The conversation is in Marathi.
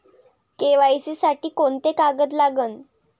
के.वाय.सी साठी कोंते कागद लागन?